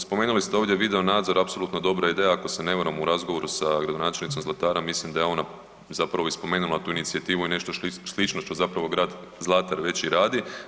Spomenuli ste ovdje video nadzor, apsolutno dobra ideja, ako se ne varam u razgovoru sa gradonačelnicom Zlatara mislim da je ona zapravo i spomenula tu inicijativu i nešto slično što zapravo grad Zlatar već i radi.